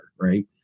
right